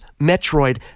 Metroid